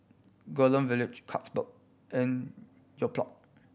Golden Village Carlsberg and Yoplait